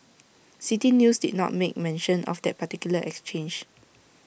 City News did not make mention of that particular exchange